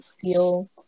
feel